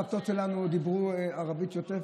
הסבים והסבתות שלנו דיברו ערבית שוטפת.